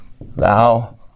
Thou